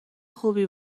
خوبی